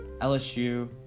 LSU